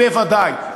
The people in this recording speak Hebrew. בוודאי,